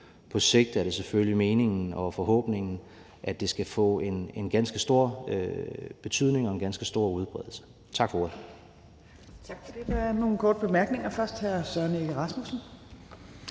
På sigt er det selvfølgelig meningen og forhåbningen, at det skal få en ganske stor betydning og en ganske stor udbredelse. Tak for ordet.